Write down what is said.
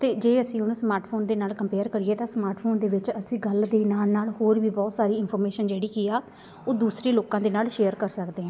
ਅਤੇ ਜੇ ਅਸੀਂ ਉਹਨੂੰ ਸਮਾਰਟਫੋਨ ਦੇ ਨਾਲ ਕੰਪੇਅਰ ਕਰੀਏ ਤਾਂ ਸਮਾਰਟ ਫੋਨ ਦੇ ਵਿੱਚ ਅਸੀਂ ਗੱਲ ਦੇ ਨਾਲ ਨਾਲ ਹੋਰ ਵੀ ਬਹੁਤ ਸਾਰੀ ਇਨਫੋਰਮੇਸ਼ਨ ਜਿਹੜੀ ਕੀ ਆ ਉਹ ਦੂਸਰੇ ਲੋਕਾਂ ਦੇ ਨਾਲ ਸ਼ੇਅਰ ਕਰ ਸਕਦੇ ਹਾਂ